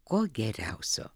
ko geriausio